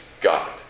God